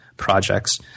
projects